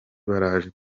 baraje